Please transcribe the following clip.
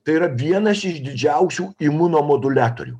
tai yra vienas iš didžiausių imunomoduliatorių